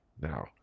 now